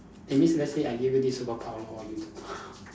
that means let's say I give you this superpower what you do